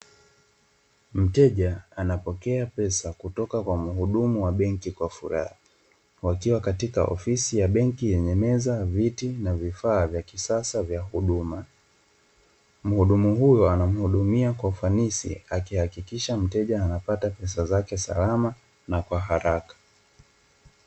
Mteja anapokea pesa kutoka kwa mhudumu wa benki kwa furaha; wakiwa katika ofisi ya benki yenye meza, viti na vifaa vya kisasa vya huduma. Mhudumu huyu anamuhudumia kwa ufanisi akihakikisha mteja anapata pesa zake salama na kwa haraka.